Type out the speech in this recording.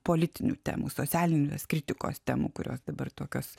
politinių temų socialinės kritikos temų kurios dabar tokios